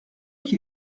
qui